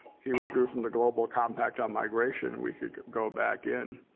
he withdrew from the global compact on migration and we can go back in.